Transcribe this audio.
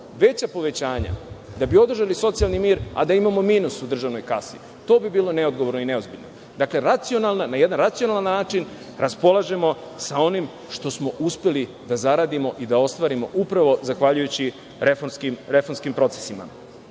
veća povećanja da bi održali socijalni mir, a da imamo minus u državnoj kasi. To bi bilo neodgovorno i neozbiljno. Dakle, na jedan racionalan način raspolažemo sa onim što smo uspeli da zaradimo i da ostvarimo upravo zahvaljujući reformskim procesima. Dakle,